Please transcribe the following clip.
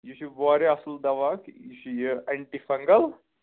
یہِ چھ واریاہ اَصٕل دَوا حظ یہِ چھِ یہِ اینٹی فنٛگَل